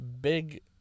Big